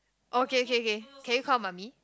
okay okay okay can you call mummy